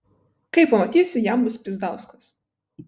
kai pamatysiu jam bus pyzdauskas